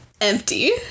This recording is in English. empty